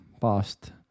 past